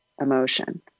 emotion